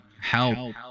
help